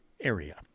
area